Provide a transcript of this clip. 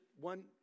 one